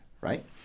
right